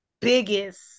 biggest